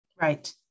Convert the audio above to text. Right